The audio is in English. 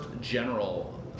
general